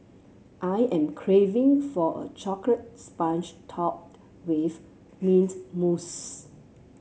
I am craving for a chocolate sponge topped with mint mousse